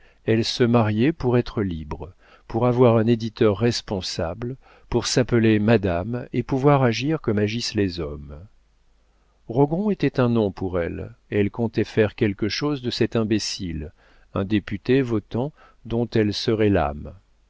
elle se mariait pour être libre pour avoir un éditeur responsable pour s'appeler madame et pouvoir agir comme agissent les hommes rogron était un nom pour elle elle comptait faire quelque chose de cet imbécile un député votant dont elle serait l'âme